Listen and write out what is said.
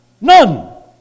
None